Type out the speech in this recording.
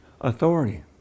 authority